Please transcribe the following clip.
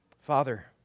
Father